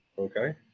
Okay